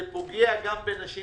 זה פוגע גם בנשים